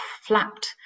flapped